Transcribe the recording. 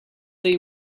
they